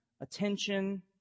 attention